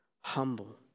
humble